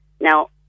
Now